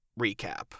recap